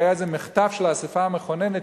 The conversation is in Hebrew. היתה איזה מחטף של האספה המכוננת,